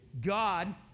God